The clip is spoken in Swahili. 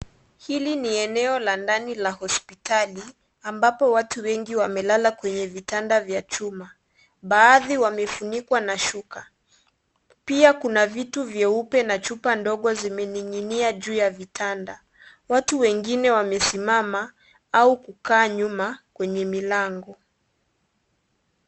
Hili ni eneo la ndani la hosipitali ambapo watu wengi wamelala kwa vitanda za chuma, baadhi wamefunikwa na shuka. Pia kuna vitu vyeupe na chupa ndogo vimening'inia juu ya vitanda. Watu wengine wamesimama au kukaa nyuma, kwenye milango.